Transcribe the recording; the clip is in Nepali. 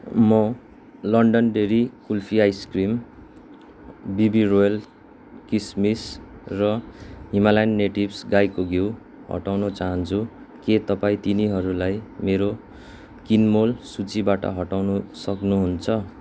म लन्डन डेयरी कुल्फी आइसक्रिम बिबी रोयल किसमिस र हिमालयन नेटिभ्स गाईको घिउ हटाउन चाहन्छु के तपाईँ तिनीहरूलाई मेरो किनमेल सूचीबाट हटाउन सक्नुहुन्छ